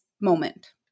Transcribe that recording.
moment